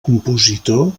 compositor